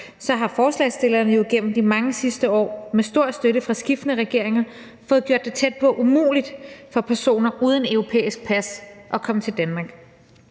har forslagsstillerne jo igennem de sidste mange år og med stor støtte fra skiftende regeringer fået gjort det tæt på umuligt for personer uden europæisk pas at komme til Danmark.